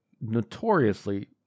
notoriously